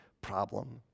problem